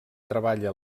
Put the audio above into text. treballa